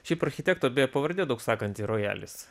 šiaip architekto pavardė daug sakanti rojalis